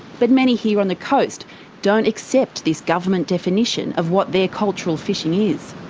but many here on the coast don't accept this government definition of what their cultural fishing is.